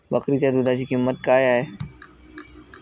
बकरीच्या दूधाची किंमत काय आहे?